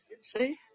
see